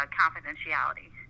confidentiality